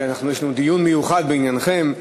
יש לנו דיון מיוחד בעניינכם.